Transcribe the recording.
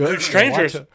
Strangers